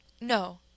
No